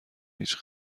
هیچ